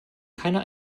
keiner